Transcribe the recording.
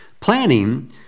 Planning